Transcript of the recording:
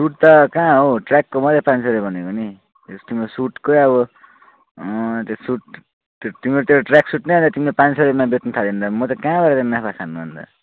suit त कहाँ हौ ट्र्याकको मात्रै पाँच सय रुपियाँ भनेको नि तिम्रो सुटकै अब त्यो सुट तिम्रो त्यो ट्रयाक सुट नै अहिले तिमीलाई पाँच सय रुपियाँमा बेच्नु थालेँ भने त म त कहाँबाट नाफा खानु अन्त